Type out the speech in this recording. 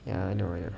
ya I know I know